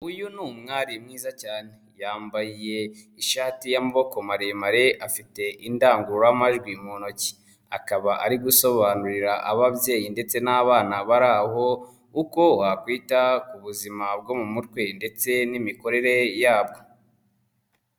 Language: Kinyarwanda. Uyu ni umwari mwiza cyane yambaye ishati y'amamoboko maremare afite indangururamajwi mu ntoki, akaba ari gusobanurira ababyeyi ndetse n'abana bari aho uko wakwita ku buzima bwo mu mutwe ndetse n'imikorere yabwo.